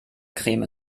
creme